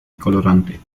colorante